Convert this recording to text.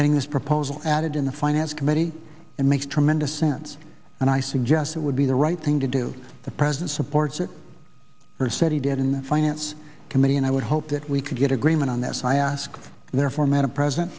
getting this proposal added in the finance committee and makes tremendous sense and i suggest it would be the right thing to do the president supports it or said he did in the finance committee and i would hope that we could get agreement on that so i ask therefore madam president